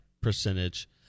percentage